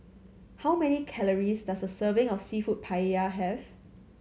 how many calories does a serving of Seafood Paella have